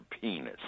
penis